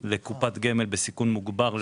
לקופת גמל בסיכון מוגבר,